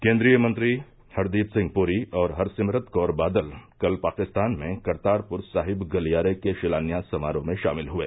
केन्द्रीय मंत्री हरदीप सिंह पुरी और हरसिमरत कौर बादल कल पाकिस्तान में करतारपुर साहिब गलियारे के शिलान्यास समारोह में शामिल हुए